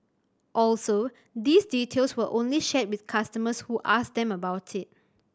also these details were only shared with customers who asked them about it